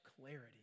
clarity